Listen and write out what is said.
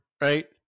right